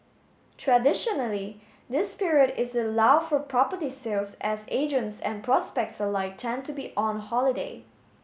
traditionally this period is a lull for property sales as agents and prospects alike tend to be on holiday